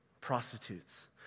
prostitutes